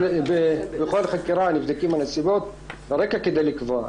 בכל חקירה נבדקות הנסיבות והרקע כדי לקבוע.